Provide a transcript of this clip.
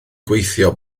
gweithio